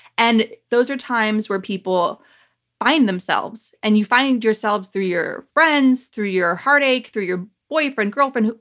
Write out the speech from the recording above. and those are times where people find themselves. and you find yourselves through your friends, through your heartache, through your boyfriend, girlfriend,